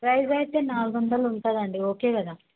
price అయితే నాలుగు వందలు ఉంటుంది అండి ఓకే కదా